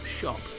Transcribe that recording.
shop